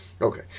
Okay